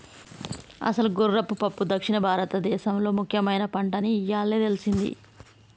అసలు గుర్రపు పప్పు దక్షిణ భారతదేసంలో ముఖ్యమైన పంటని ఇయ్యాలే తెల్సింది